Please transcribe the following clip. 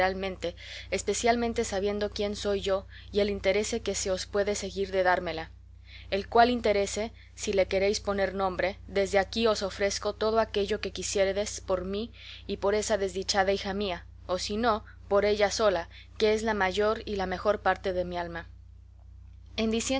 especialmente sabiendo quién soy yo y el interese que se os puede seguir de dármela el cual interese si le queréis poner nombre desde aquí os ofrezco todo aquello que quisiéredes por mí y por esa desdichada hija mía o si no por ella sola que es la mayor y la mejor parte de mi alma